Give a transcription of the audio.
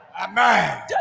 Amen